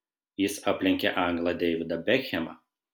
jis aplenkė anglą deividą bekhemą